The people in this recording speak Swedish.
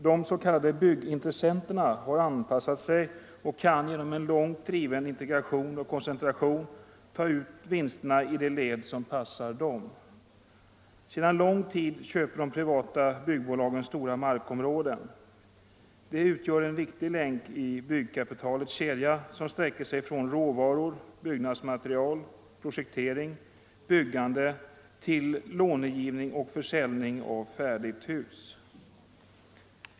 De s.k. byggintressenterna har anpassat sig och kan genom långt driven integration och koncentration ta ut vinsterna i det led som passar dem. Sedan lång tid köper de privata byggbolagen stora markområden. Det utgör en viktig länk i byggkapitalets kedja, som sträcker sig från råvaror, byggnadsmaterial, projektering och byggande till långivning och försäljning av färdiga hus.